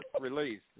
released